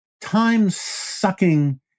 time-sucking